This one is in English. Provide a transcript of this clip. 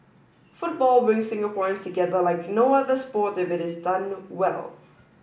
football brings Singaporeans together like no other sport if it is done well